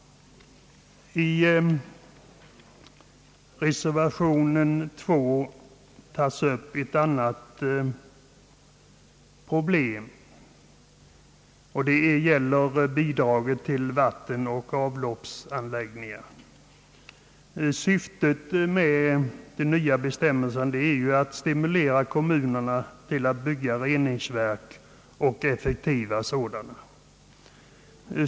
I reservation 2 tas upp ett annat problem, bidraget till vattenoch avloppsanläggningar. Syftet med de nya bestämmelserna är att stimulera kommunerna att bygga effektiva reningsverk.